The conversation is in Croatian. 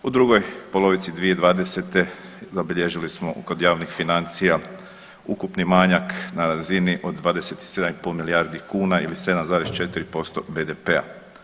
U drugoj polovici 2020. zabilježili smo kod javnih financija ukupni manjak na razini od 27,5 milijardi kuna ili 7,4% BDP-a.